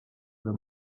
the